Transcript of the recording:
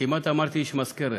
כמעט אמרתי: "יש מזכרת"